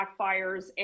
backfires